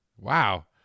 Wow